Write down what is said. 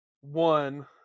one